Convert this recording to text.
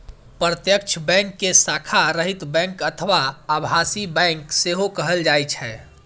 प्रत्यक्ष बैंक कें शाखा रहित बैंक अथवा आभासी बैंक सेहो कहल जाइ छै